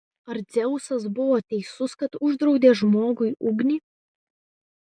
ar dzeusas buvo teisus kad uždraudė žmogui ugnį